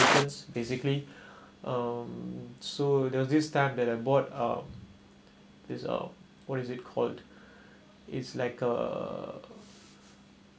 expectations basically um so there was this time that I bought um is a what is it called it's like a